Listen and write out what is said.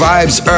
Vibes